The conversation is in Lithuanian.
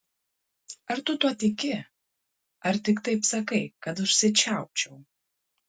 ar tu tuo tiki ar tik taip sakai kad užsičiaupčiau